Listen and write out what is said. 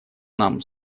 нам